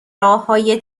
راههای